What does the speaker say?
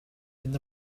mynd